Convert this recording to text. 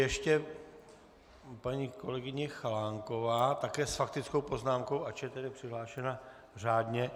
Ještě paní kolegyně Chalánková také s faktickou poznámkou, ač je tedy přihlášena řádně.